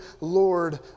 Lord